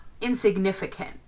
insignificant